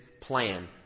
plan